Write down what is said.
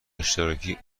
اشتراکی